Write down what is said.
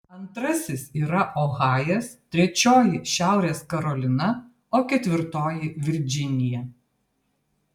antrasis yra ohajas trečioji šiaurės karolina o ketvirtoji virdžinija